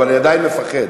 אבל אני עדיין מפחד,